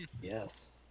Yes